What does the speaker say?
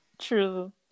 True